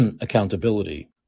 accountability